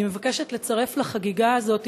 אני מבקשת לצרף לחגיגה הזאת,